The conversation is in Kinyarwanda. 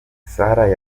sarah